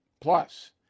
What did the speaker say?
Plus